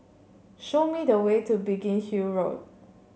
show me the way to Biggin Hill Road